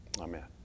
amen